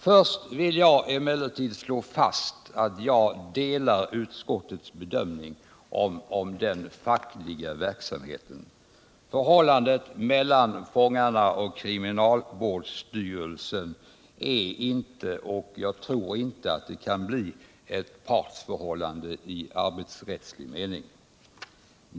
Först vill jag emellertid slå fast att jag delar utskottets bedömning rörande den fackliga verksamheten. Förhållandet mellan fångarna och kriminalvårdsstyrelsen är inte, och jag tror inte det kan bli, ett partsförhållande i arbetsrättslig mening.